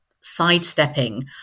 sidestepping